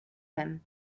him